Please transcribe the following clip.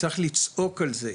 צריך לצעוק על זה,